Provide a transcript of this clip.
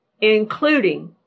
including